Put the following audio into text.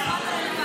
האירוע הזה,